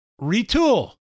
Retool